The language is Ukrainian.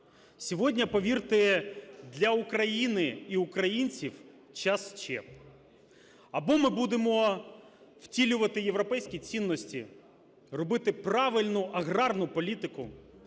Сьогодні, повірте, для України і українців час "Ч": або ми будемо втілювати європейські цінності, робити правильну аграрну політику